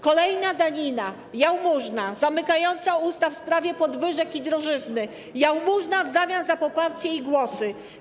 Kolejna danina, jałmużna, zamykająca usta w sprawie podwyżek i drożyzny, jałmużna w zamian za poparcie i głosy.